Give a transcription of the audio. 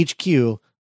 HQ